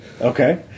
okay